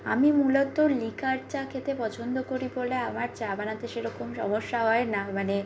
আমি মূলত লিকার চা খেতে পছন্দ করি বলে আমার চা বানাতে সেরকম সমস্যা হয় না মানে